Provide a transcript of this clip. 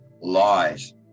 lies